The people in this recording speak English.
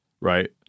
right